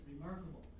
remarkable